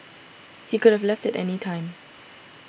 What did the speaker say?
he could have left at any time